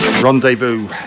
Rendezvous